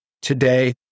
today